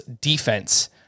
defense